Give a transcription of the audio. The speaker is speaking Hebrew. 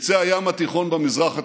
בקצה הים התיכון במזרח התיכון.